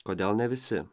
kodėl ne visi